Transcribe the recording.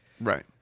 Right